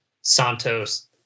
Santos